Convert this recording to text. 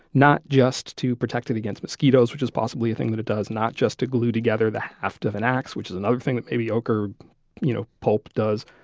not just to protect it against mosquitoes, which is possibly a thing that it does, not just to glue together the heft of an ax, which is another thing that may be ochre you know pulp does,